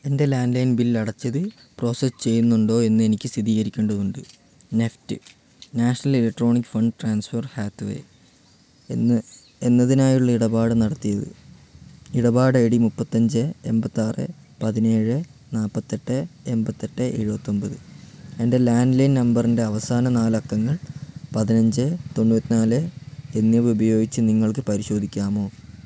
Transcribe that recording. എൻ്റെ landline bill അടച്ചത് process ചെയ്യുന്നുണ്ടോ എന്നെനിക്ക് സ്ഥിതീകരിക്കേണ്ടതുണ്ട് NEFT national electronic fund transfer Hathway എന്നതിനായുള്ള ഇടപാട് നടത്തിയത് ഇടപാട് ഐ ഡി മുപ്പത്തഞ്ച് എൺപത്താറ് പതിനേഴ് നാൽപ്പത്തെട്ട് എമ്പത്തെട്ട് എഴുപത്തൊമ്പത് എൻ്റെ ലാൻഡ്ലൈൻ നമ്പറിൻ്റെ അവസാന നാലക്കങ്ങൾ പതിനഞ്ച് തൊണ്ണൂറ്റിനാല് എന്നിവ ഉപയോഗിച്ച് നിങ്ങൾക്ക് പരിശോധിക്കാമോ